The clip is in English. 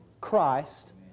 Christ